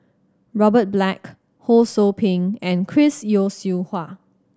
Robert Black Ho Sou Ping and Chris Yeo Siew Hua